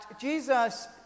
Jesus